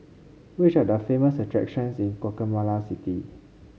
which are the famous attractions in Guatemala City